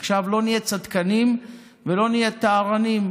עכשיו, לא נהיה צדקנים ולא נהיה טהרנים.